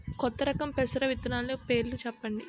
కొత్త రకం పెసర విత్తనాలు పేర్లు చెప్పండి?